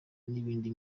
n’indi